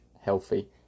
healthy